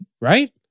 Right